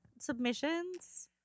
submissions